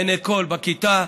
לעיני כול בכיתה,